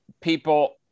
people